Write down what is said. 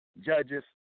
Judges